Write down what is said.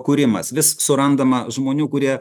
kūrimas vis surandama žmonių kurie